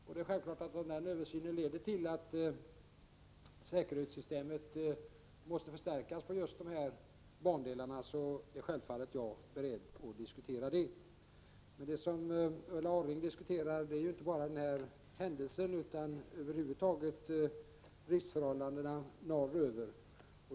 Om den översynen leder till att säkerhetssystemet måste förstärkas på just de här aktuella bandelarna är jag självfallet beredd att diskutera det. Men Ulla Orring tar inte endast upp den här händelsen utan över huvud taget driftsförhållandena norröver.